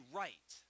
right